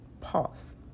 pause